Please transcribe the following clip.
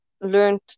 learned